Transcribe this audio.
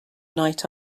night